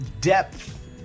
depth